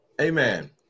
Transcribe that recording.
amen